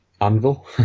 Anvil